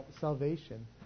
salvation